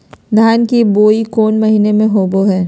धान की बोई कौन महीना में होबो हाय?